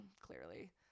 Clearly